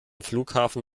flughafen